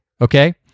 okay